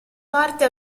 parte